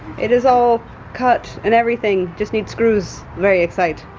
it is all cut and everything. just need screws. very excite.